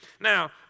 Now